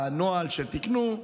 בנוהל שתיקנו,